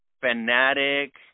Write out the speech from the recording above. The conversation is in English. fanatic